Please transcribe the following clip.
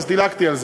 אז דילגתי על זה.